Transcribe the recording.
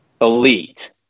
elite